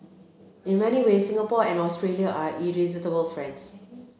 in many ways Singapore and Australia are irresistible friends